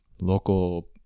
local